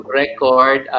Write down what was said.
record